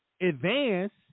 advance